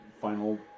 final